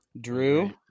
Drew